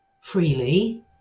freely